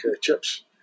chips